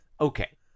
Okay